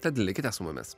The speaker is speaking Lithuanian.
tad likite su mumis